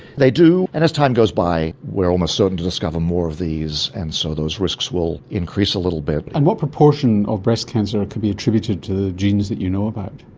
they do. and as time goes by we're almost certain to discover more of these and so those risks will increase a little bit. and what proportion of breast cancer could be attributed to the genes that you know about?